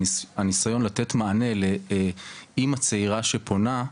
הניסיון לתת מענה לאימא צעירה שפונה,